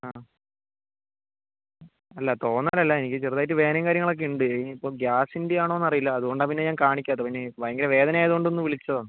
ആ അല്ല തോന്നൽ അല്ല എനിക്ക് ചെറുതായിട്ട് വേദനയും കാര്യങ്ങളൊക്കെ ഉണ്ട് ഇനി ഇപ്പോൾ ഗ്യാസിൻ്റെ ആണോയെന്ന് അറിയില്ല അതുകൊണ്ടാ പിന്നെ ഞാൻ കാണിക്കാത്തത് പിന്നെ ഭയങ്കര വേദനയായതുകൊണ്ട് ഒന്ന് വിളിച്ചതാ